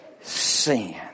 sin